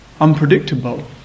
unpredictable